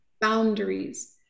boundaries